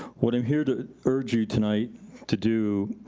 what i'm here to urge you tonight to do